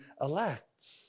elect